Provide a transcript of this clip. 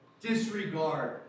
disregard